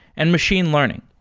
and machine learning.